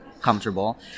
comfortable